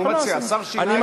השר שינה את עמדתו.